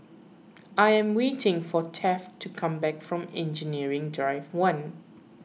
I am waiting for Taft to come back from Engineering Drive one